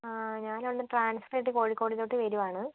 ആ ഞാൻ അവിടെ നിന്ന് ട്രാൻസ്ഫർ ആയിട്ട് കോഴിക്കോടിലോട്ട് വരുവാണ്